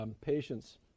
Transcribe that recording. patients